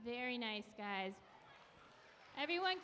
very nice guys everyone